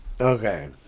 Okay